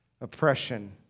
oppression